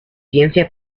ciencia